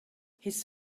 his